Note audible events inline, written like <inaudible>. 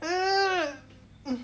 <noise>